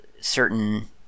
certain